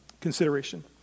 consideration